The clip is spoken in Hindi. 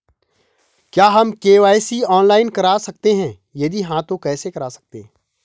क्या हम के.वाई.सी ऑनलाइन करा सकते हैं यदि हाँ तो कैसे करा सकते हैं?